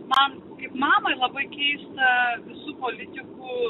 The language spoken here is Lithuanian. man kaip mamai labai keista visų politikų